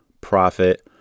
profit